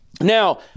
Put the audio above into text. Now